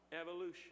Evolution